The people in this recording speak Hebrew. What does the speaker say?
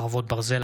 חרבות ברזל),